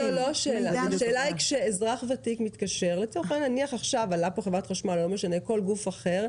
השאלה היא כשאזרח ותיק מתקשר לחברת חשמל או לכל גוף אחר,